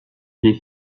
les